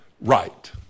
right